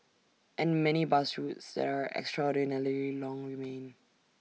and many bus routes there extraordinarily long remain